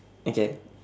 okay